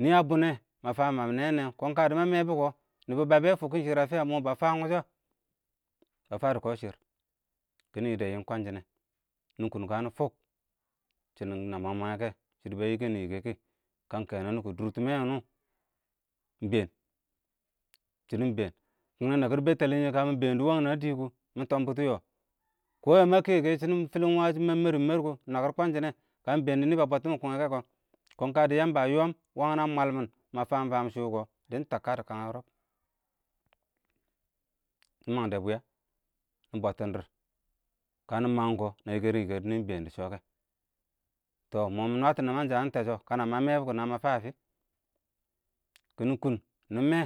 nɪɪ ə bʊnnɛ mə fən mə nɛɛm-nɛɛmm kɔɔn kə dɪ mə mɛbɔ, nɪbʊ bə bɛ fʊkkʊn shɪr ə fɪyə mɔ bəə fəən təshɔ? shɪ bə fədɔ kɔ shɪrr, kɪnɪ yɪdɛ yɪɪn kwən shʊnɛ, nɪ kʊʊn ɪng kə nɪ fʊk, shɪnɪ nə məngɛ-məngɛ kɛ, shɪdɔ bə yɪkɛnɪ-yɪkɛ kɛ, kə ɪng kə nɔnɪ kɔ dʊrtɪmɛ wʊnʊ ɪng bɛɛn, shɪɪ ɪng been kɔyə yə mə kɛkɛ shɪnɪng fɪlɪn wəs kɪngnɛ nəkɪr bɛtɛlɪ shɪ kə mɪ bɛɛn dɪ wəngkʊ ə dɪ kʊ, mɪ tɔm bʊtʊ wɔɔ, kɔmə yə yə mə kɛ shɪnɪng fɪlɪnwəs, mɛr mə mɛr kʊ, ɪng nəkɪr ɪng kwən shɪnɛ, kə mɪ ɪng bɛɛn dɪ nɪ bə bɔttɪmɪn kʊngyɛ kɔ, kɔɔn kə dɪ yəmbə yɔɔm wənghɪ ə, mwəlmɪn mə fəm-fəəm shʊkɔ, dɪ təp kə dɪ kəng yɔrɔb, ɪng məndɛ bʊwɛ, ɪng bʊtʊn dɪr, kənɪ məghɪm kɔ nə yɪkɛrɪn yɪkɛ nɪɪng bɛɛn dɪ shɔ kɛ, tɔɪng mɔɔ mɪ nwətɔ nɪməngshə ɪng təshɔ kənə mə mɛbɔ, nə mə fəə ə fɪ? kɪnɪ kʊn nɪ mɛ,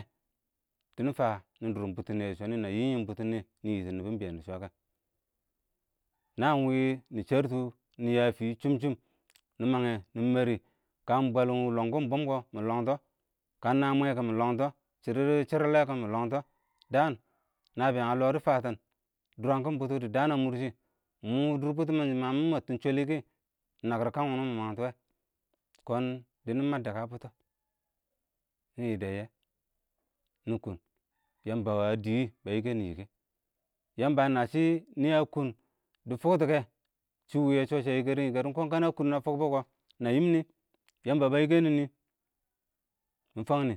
dɪ nɪ fəə nɪ dʊrrʊn bʊtʊnnɪyɛ dɪ shɔnɪ, nɪyɛdɪ shɪ nɪ ɪng nɪ bɛɛn dɪ shɔ wɛ, nəən wɪɪ nɪ shɛɛrtʊ nɪ yə fɪ chɪmchɪm, nɪ məghɛ nɪ mɛrɪ, kə ɪng bwəllɪn ɪng lɔngɪm bʊm kɔ, mɪ lɔngtɔkə ɪng nə mwɛ kɔ mʊ lɔngtɔ, shɪdɪ dɪ shərlɛ mɪ lɔngtɔ, dəən nəbɪyəng ə lɔɔ dɪ fətɪn dʊrəngkɪm ɪng bʊtɔdɪ dəən ə mʊrshɪ, ɪng mɔ dɪ dʊr bʊtɪmɪn shɪ mə, ɪng məttɪn shwɛlɪ kɪ, ɪng nəkɪr kənmə wɪɪ məghəntʊwɛ kɔɔn bɪnɪ məddəkə ə bʊtɔ nɪ yɪdɛyɛ, nɪ kʊn yəmbə wɔ ə dɪ wɪɪ bə yɪkɛnɪ yɪkɛnɪ yɪkɛ, Yəmbə ə nəə shɪ, nashɪ nɪ ə kʊʊn dɪ fʊktʊ yɛ, shɪ wɪ yɪ shɔ sɔ sɛ yɪkɛrɪn yɪkɛ kɔon ɪng nə kʊʊn nə fʊkbʊ kɔ nə yɪmnɪ? fɨꞌ ɪng yəmbə bə yɪkɛnɪ mɪ fəng nɪ.